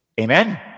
Amen